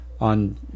on